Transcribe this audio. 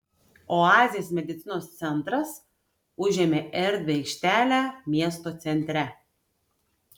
oazės medicinos centras užėmė erdvią aikštelę miesto centre